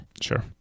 sure